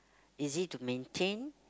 easy to maintain